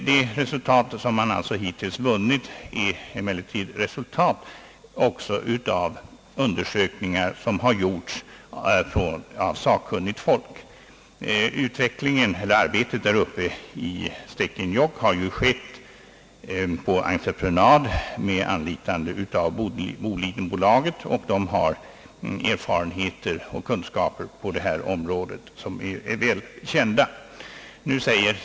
De resultat, som man hittills vunnit, är resultat av undersökningar, som har gjorts av sakkunnigt folk. Arbetet i Stekenjokk har skett på entreprenad med anlitande av Bolidenbolaget, som har erfarenheter och kunskaper på detta område och som är väl kända.